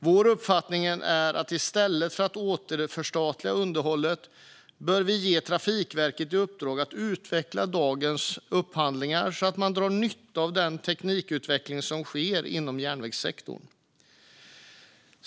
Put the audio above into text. Vår uppfattning är att vi i stället för att återförstatliga underhållet bör ge Trafikverket i uppdrag att utveckla dagens upphandlingar så att man drar nytta av den teknikutveckling som sker inom järnvägssektorn.